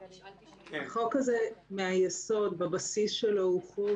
החוק הזה מהיסוד, בבסיס שלו, הוא חוק